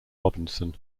robinson